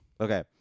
Okay